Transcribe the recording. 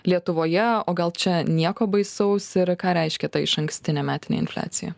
lietuvoje o gal čia nieko baisaus ir ką reiškia ta išankstinė metinė infliacija